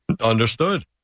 Understood